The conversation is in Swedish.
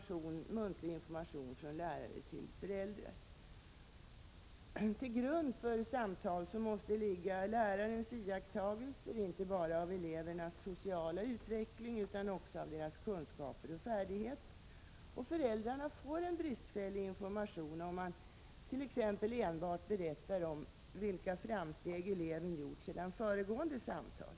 Till grund för samtal måste ligga lärarens iakttagelser, inte bara av elevernas sociala utveckling utan också av deras kunskaper och färdigheter. Föräldrarna får en bristfällig information, om läraren t.ex. enbart talar om vilka framsteg eleven har gjort sedan föregående samtal.